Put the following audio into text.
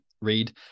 read